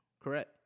correct